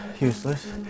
useless